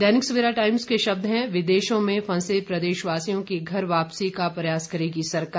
दैनिक Savera Times के शब्द हैं विदेशों में फंसे प्रदेश वासियों की घर वापसी का प्रयास करेगी सरकार